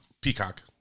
Peacock